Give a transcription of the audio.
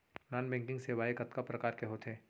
non banking सेवाएं कतका प्रकार के होथे